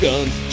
Guns